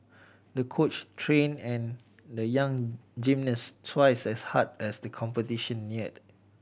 the coach train an the young gymnast twice as hard as the competition neared